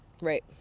right